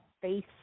face